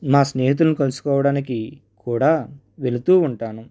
నా స్నేహితులను కలుసుకోవడానికి కూడా వెళుతూ ఉంటాను